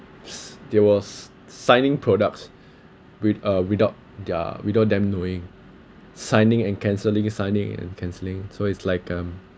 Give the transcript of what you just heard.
s~ they was signing products with uh without their without them knowing signing and cancelling signing and cancelling so it's like um